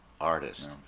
artist